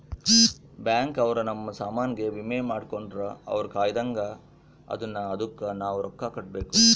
bank ಅವ್ರ ನಮ್ ಸಾಮನ್ ಗೆ ವಿಮೆ ಮಾಡ್ಕೊಂಡ್ರ ಅವ್ರ ಕಾಯ್ತ್ದಂಗ ಅದುನ್ನ ಅದುಕ್ ನವ ರೊಕ್ಕ ಕಟ್ಬೇಕು